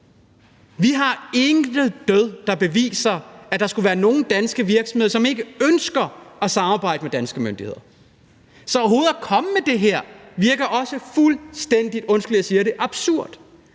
Vi har intet, der beviser, at der skulle være nogen danske virksomheder, som ikke ønsker at samarbejde med danske myndigheder. Så overhovedet at komme med det her virker også fuldstændig, undskyld,